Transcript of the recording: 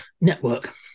network